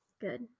Good